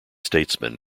statesmen